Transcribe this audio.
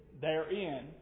therein